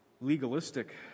legalistic